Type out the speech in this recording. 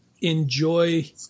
enjoy